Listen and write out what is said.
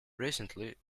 recently